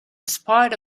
spite